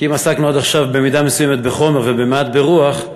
כי אם עסקנו עד עכשיו במידה מסוימת בחומר ומעט ברוח,